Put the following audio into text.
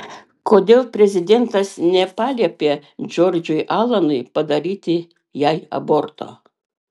kodėl prezidentas nepaliepė džordžui alanui padaryti jai aborto